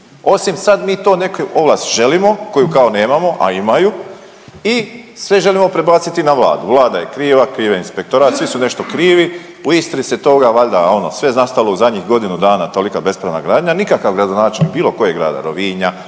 osim sad mi to neku ovlast želimo koju kao nemamo, a imaju i sve želimo prebaciti na Vladu. Vlada je kriva, kriv je inspektorat, svi su nešto krivi u Istri se valjda onda sve nastalo u zadnjih godinu dana tolika bespravna gradnja nikakav gradonačelnik bilo kojeg grada Rovinja,